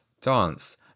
dance